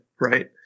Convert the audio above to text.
right